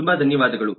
ತುಂಬ ಧನ್ಯವಾದಗಳು